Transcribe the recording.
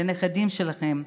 לנכדים שלכם,